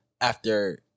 after-